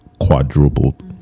quadrupled